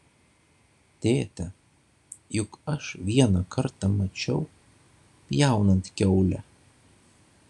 tėte juk aš vieną kartą mačiau pjaunant kiaulę